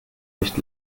nicht